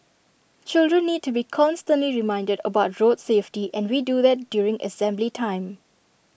children need to be constantly reminded about road safety and we do that during assembly time